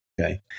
Okay